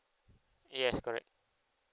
yes correct